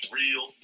real